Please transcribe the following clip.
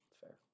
fair